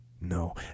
no